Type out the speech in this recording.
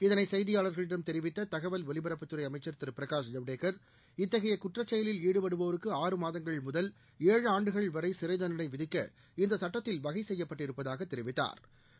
இதனை செய்தியாளர்களிடம் தெரிவித்த தகவல் ஒலிபரப்புத்துறை அமைச்சா் திரு பிரகாஷ் ஜவ்டேகா் இத்தகைய குற்ற செயலில் ஈடுபடுவோருக்கு ஆறு மாதங்கள் முதல் ஏழு ஆண்டுகள் வரை சிறை தண்டனை விதிக்க இந்த சட்டத்தில் வகை செய்யப்பட்டிருப்பதாகத் தெரிவித்தாா்